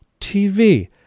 TV